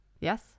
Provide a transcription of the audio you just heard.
Yes